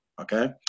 okay